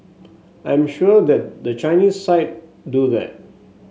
I am sure that the Chinese side do that